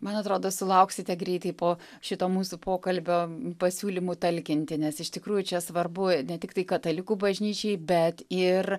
man atrodo sulauksite greitai po šito mūsų pokalbio pasiūlymų talkinti nes iš tikrųjų čia svarbu ne tiktai katalikų bažnyčiai bet ir